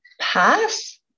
pass